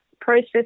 process